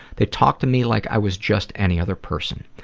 they talked to me like i was just any other person.